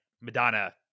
Madonna